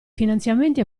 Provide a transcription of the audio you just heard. finanziamenti